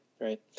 right